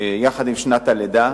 יחד עם שנת הלידה,